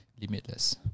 limitless